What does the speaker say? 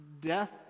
Death